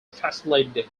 facilitate